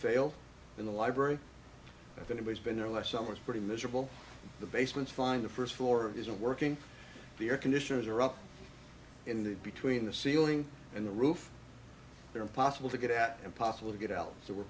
failed in the library is going to be has been there last summer is pretty miserable the basements find the first floor isn't working the air conditioners are up in the between the ceiling and the roof they're impossible to get at impossible to get out so we're